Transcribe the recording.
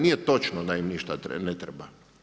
Nije točno da im ništa ne treba.